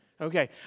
Okay